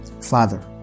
Father